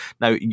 now